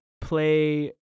play